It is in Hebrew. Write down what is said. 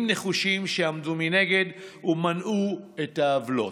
נחושים שעמדו מנגד ומנעו את העוולות.